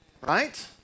right